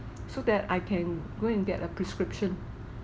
so that I can go and get a prescription